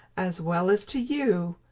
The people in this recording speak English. as well as to you,